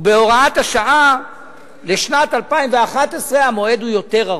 ובהוראת השעה לשנת 2011 הזמן הוא יותר ארוך: